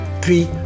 puis